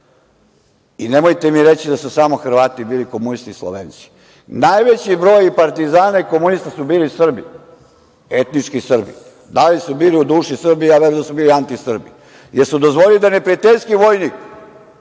I nemojte mi reći da su samo Hrvati bili komunisti i Slovenci. Najveći broj partizana i komunista su bili Srbi, etnički Srbi. Da li su bili u duši Srbi, ja verujem da su bili anti-Srbi, jer su dozvolili da neprijateljski vojnik,